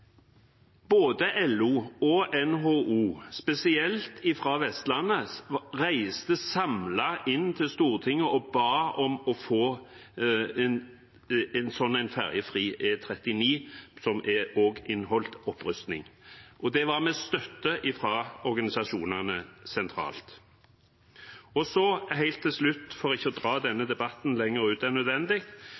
ba om å få en ferjefri E39 som også inneholdt opprustning. Det var med støtte fra organisasjonene sentralt. Helt til slutt, for ikke å dra denne debatten lenger ut enn nødvendig,